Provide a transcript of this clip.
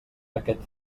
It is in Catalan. aquest